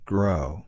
Grow